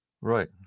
Right